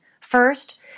First